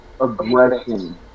Aggression